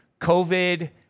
COVID